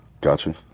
Gotcha